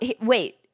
wait